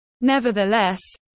Nevertheless